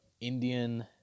Indian